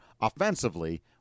offensively